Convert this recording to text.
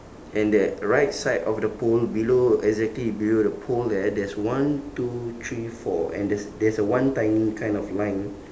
and that right side of the pole below exactly below the pole there there's one two three four and there's there's a one tiny kind of line